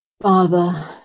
Father